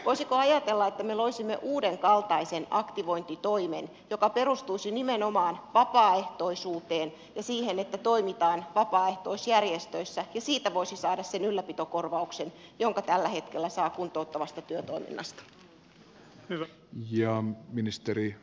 voisiko ajatella että me loisimme uudenkaltaisen aktivointitoimen joka perustuisi nimenomaan vapaaehtoisuuteen ja siihen että toimitaan vapaaehtoisjärjestöissä ja siitä voisi saada sen ylläpitokorvauksen jonka tällä hetkellä saa kuntouttavasta työtoiminnasta